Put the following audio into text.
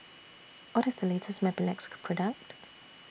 What IS The latest Mepilex Product